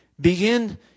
Begin